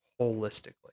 holistically